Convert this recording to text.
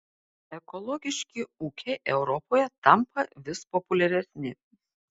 ekologiški ūkiai europoje tampa vis populiaresni